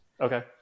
Okay